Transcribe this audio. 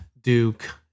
duke